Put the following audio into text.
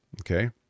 okay